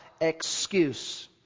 excuse